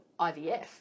IVF